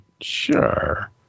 Sure